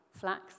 flax